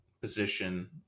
position